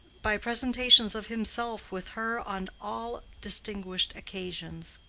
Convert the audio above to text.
by presentations of himself with her on all distinguished occasions.